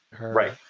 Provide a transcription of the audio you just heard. right